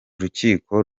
urukiko